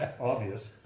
Obvious